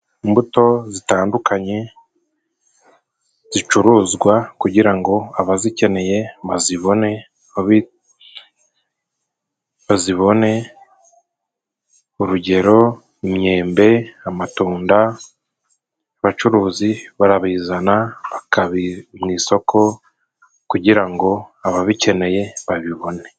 Imbuto zitandukanye zicuruzwa kugira ngo abazikeneye bazibone, bazibone. Urugero: imyembe, amatunda abacuruzi barabizana bakabi, mu isoko kugira ngo ababikeneye babibone.